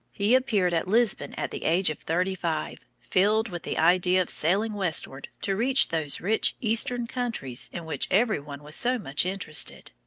he appeared at lisbon at the age of thirty-five, filled with the idea of sailing westward to reach those rich eastern countries in which every one was so much interested.